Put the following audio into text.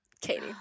Katie